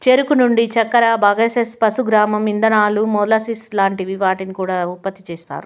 చెరుకు నుండి చక్కర, బగస్సే, పశుగ్రాసం, ఇథనాల్, మొలాసిస్ లాంటి వాటిని కూడా ఉత్పతి చేస్తారు